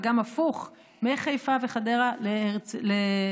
וגם הפוך, מחיפה וחדרה להרצליה